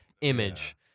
image